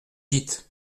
dites